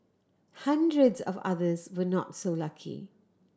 hundreds of others were not so lucky